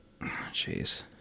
Jeez